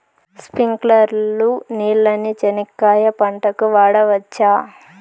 స్ప్రింక్లర్లు నీళ్ళని చెనక్కాయ పంట కు వాడవచ్చా?